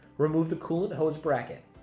remove the coolant hose bracket,